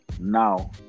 now